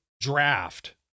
draft